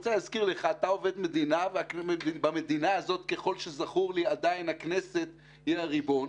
אני רוצה להזכיר לך שאתה עובד מדינה ובמדינה הכנסת היא הריבון,